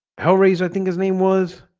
he'll raise i think his name was